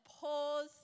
pause